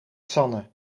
sanne